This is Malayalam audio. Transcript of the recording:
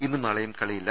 ഇന്നും നാളെയും കളിയില്ല